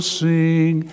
sing